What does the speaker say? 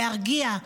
להרגיע,